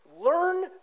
learn